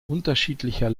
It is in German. unterschiedlicher